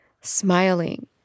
smiling